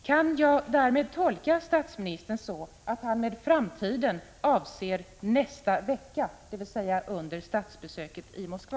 Kan jag därmed tolka statsministern så att han med framtiden avser nästa vecka, dvs. under statsbesöket i Moskva?